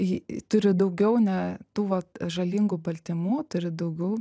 jį turi daugiau ne tų vat žalingų baltymų turi daugiau